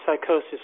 psychosis